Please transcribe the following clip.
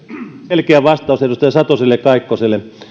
selkeä vastaus edustaja satoselle ja edustaja kaikkoselle